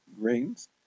grains